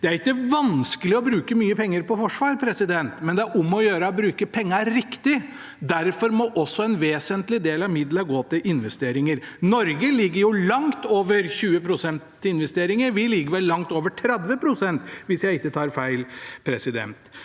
Det er ikke vanskelig å bruke mye penger på forsvar, men det er om å gjøre å bruke pengene riktig. Derfor må også en vesentlig del av midlene gå til investeringer. Norge ligger langt over 20 pst. i investeringer. Vi ligger vel langt over 30 pst., hvis jeg ikke tar feil. Norge